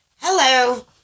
Hello